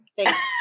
thanks